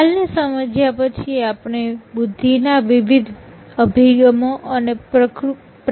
ખ્યાલને સમજ્યા પછી આપણે બુદ્ધિના વિવિધ અભિગમો અને પ્રતિકૃતિ જોઈ